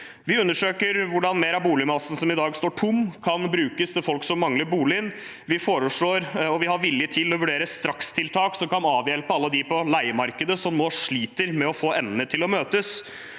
Vi undersøker hvordan mer av boligmassen som i dag står tom, kan brukes til folk som mangler bolig. Vi foreslår, og vi har vilje til, å vurdere strakstiltak som kan avhjelpe alle dem på leiemarkedet som nå sliter med å få endene til å møtes,